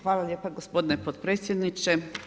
Hvala lijepa gospodine podpredsjedniče.